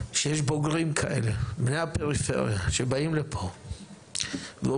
שיש בוגרים כאלה בני הפריפריה שבאים לפה ואומרים